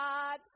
God